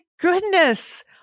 goodness